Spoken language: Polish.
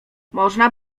można